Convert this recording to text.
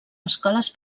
escoles